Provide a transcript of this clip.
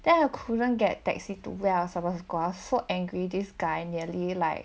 then I couldn't get taxi to where I was supposed to go I was so angry this guy nearly like